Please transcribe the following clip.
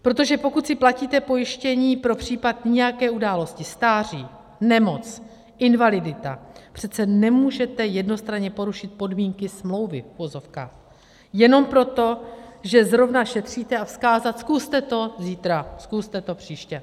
Protože pokud si platíte pojištění pro případ nějaké události stáří, nemoc, invalidita přece nemůžete jednostranně porušit podmínky smlouvy v uvozovkách jenom proto, že zrovna šetříte, a vzkázat, zkuste to zítra, zkuste to příště.